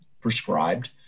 prescribed